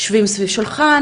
יושבים סביב שולחן,